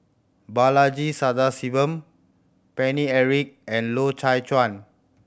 Balaji Sadasivan Paine Eric and Loy Chye Chuan